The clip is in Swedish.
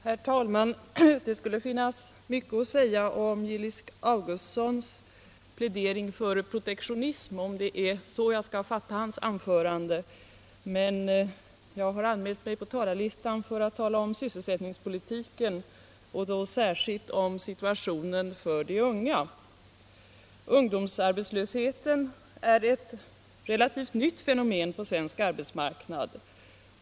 Herr talman! Det skulle finnas mycket att säga om Gillis Augustssons plädering för protektionism, om det är så jag skall fatta hans anförande, men jag har anmält mig på talarlistan för att tala om sysselsättningspolitiken och då särskilt om situationen för de unga. Ungdomsarbetslösheten är ett relativt nytt fenomen på svensk arbetsmarknad.